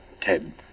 Ted